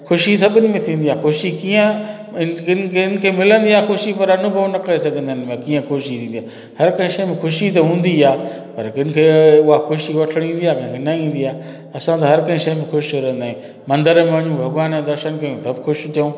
ख़ुशी सभिनी खे थींदी आहे ख़ुशी कीअं किन खे मिलंदी आहे ख़ुशी पर अनुभव न करे सघंदा आहिनि भई कीअं ख़ुशी थींदी आहे हर कंहिं शइ में ख़ुशी त हूंदी आहे पर कंहिंखे उहा ख़ुशी वठण ईंदी आहे कंहिंखे न ईंदी आहे असां त हर का शइ में ख़ुशि रहंदा आहियूं मंदर में वञू भॻवान जो दर्शनु कयूं त बि ख़ुशि थियूं